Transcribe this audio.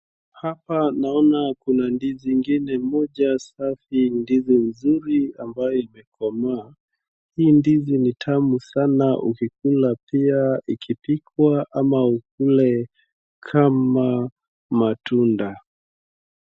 Hapa naona kuna ndizi ingine moja safi, ndizi mzuri ambayo haijakomaa. Hii ndizi ni tamu sana ukikula pia ikipikwa ama ukule kama matunda.